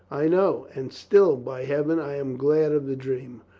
i know. and still, by heaven, i am glad of the dream.